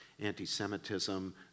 anti-Semitism